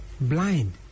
blind